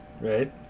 right